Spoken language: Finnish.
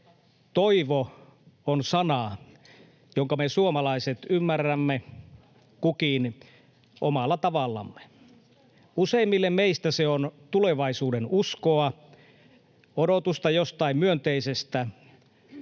Toivo on sana, jonka me suomalaiset ymmärrämme, kukin omalla tavallamme. Useimmille meistä se on tulevaisuudenuskoa, odotusta jostain myönteisestä,